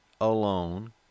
alone